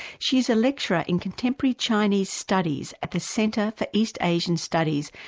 she is a lecturer in contemporary chinese studies at the centre for east asian studies,